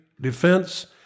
defense